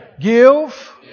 Give